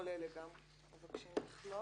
כל אלה גם מבקשים לכלול.